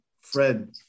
Fred